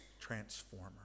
transformer